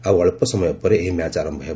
ଆଉ ଅଳ୍ପ ସମୟ ପରେ ଏହି ମ୍ୟାଚ୍ ଆରମ୍ଭ ହେବ